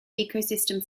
ecosystem